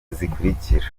zikurikira